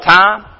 time